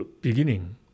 beginning